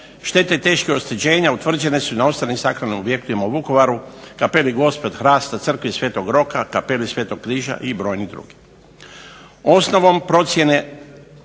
Štete teških oštećenja utvrđene su i na ostalim sakralnim objektima u Vukovaru, kapeli Gospe od Hrasta, crkvi sv. Roka, kapeli sv. Križa i brojni drugi. Osnovom rezultata